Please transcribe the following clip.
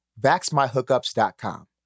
VaxMyHookups.com